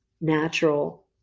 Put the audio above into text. natural